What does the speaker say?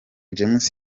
james